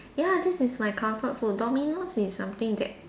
ya this is my comfort food Domino's is something that